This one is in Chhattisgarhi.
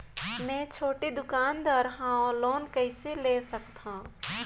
मे छोटे दुकानदार हवं लोन कइसे ले सकथव?